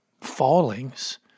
fallings